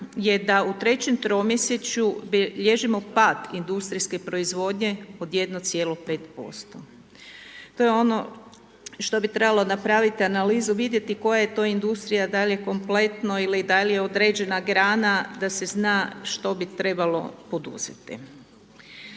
da u trećem tromjesečju bilježimo pad industrijske proizvodnje od 1,5%. To je ono što bi trebalo napraviti analizu, vidjeti koja je to industrija, da li je kompletno, ili da li je određena grana, da se zna, što bi trebalo poduzeti.